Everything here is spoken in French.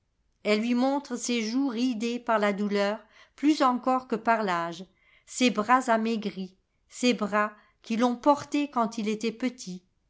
elle lui montre ses joues ridées par la douleur plus encore que par l'âge ses bras amaigris ses bras qui l'ont porté quand il était petit